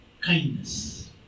Kindness